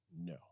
no